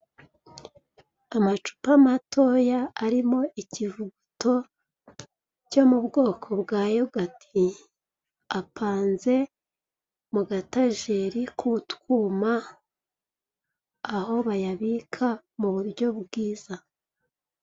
Amacupa matoya arimo ikivuguto cyo mu bwoko bwa yogati, apanze mu gatajeri k'utwuma. Aho bayabika mu buryo bwiza.